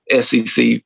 SEC